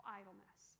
idleness